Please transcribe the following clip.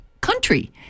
country